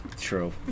True